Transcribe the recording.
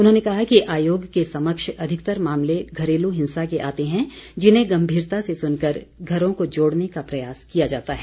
उन्होंने कहा कि आयोग के समक्ष अधिकतर मामले घरेलू हिंसा के आते हैं जिन्हें गम्भीरता से सुनकर घरों को जोड़ने का प्रयास किया जाता है